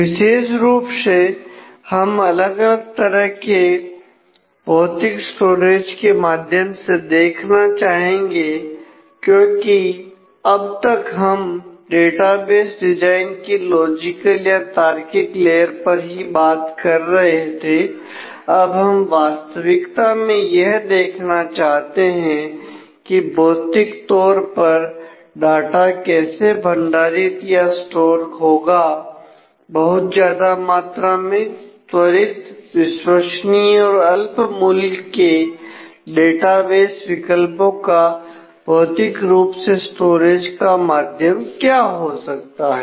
विशेष रूप से हम अलग अलग प्रकार के भौतिक स्टोरेज के माध्यम देखना चाहेंगे क्योंकि अब तक हम डाटाबेस डिजाइन की लॉजिकल होगा बहुत ज्यादा मात्रा में त्वरित विश्वसनीय और अल्प मूल्य के डेटाबेस विकल्पों का भौतिक रूप से स्टोरेज का माध्यम क्या हो सकता है